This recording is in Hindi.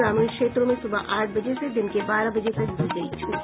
ग्रामीण क्षेत्रों में सुबह आठ बजे से दिन के बारह बजे तक दी गयी छूट